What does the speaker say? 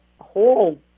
whole